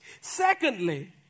Secondly